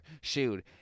shoot